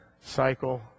cycle